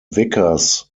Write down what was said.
vickers